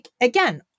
again